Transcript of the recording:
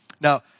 Now